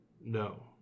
No